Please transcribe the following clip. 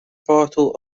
bottle